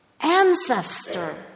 Ancestor